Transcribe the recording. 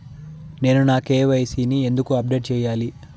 నేను నా కె.వై.సి ని ఎందుకు అప్డేట్ చెయ్యాలి?